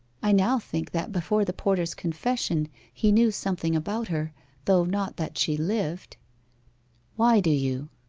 i now think that before the porter's confession he knew something about her though not that she lived why do you